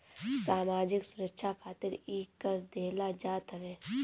सामाजिक सुरक्षा खातिर इ कर देहल जात हवे